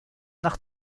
nach